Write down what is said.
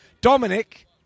dominic